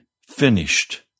finished